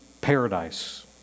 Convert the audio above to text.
paradise